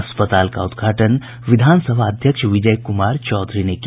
अस्पताल का उद्घाटन विधानसभा अध्यक्ष विजय कुमार चौधरी ने किया